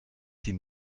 sie